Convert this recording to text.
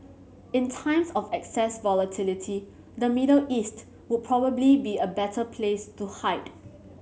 in times of excessive volatility the Middle East would probably be a better place to hide